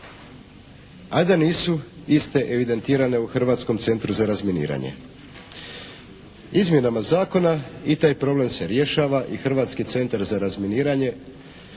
a da nisu iste evidentirane u Hrvatskom centru za razminiranje. Izmjenama zakona i taj problem se rješava i Hrvatski centar za razminiranje